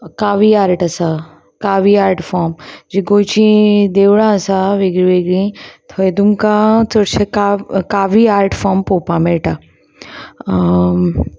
कावी art आसा Kavi art form जीं गोंयचीं देवळां आसा वेगळीं वेगळीं थंय तुमकां चडशे कावी आर्ट फॉर्म पळोवपाक मेळटा